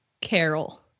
Carol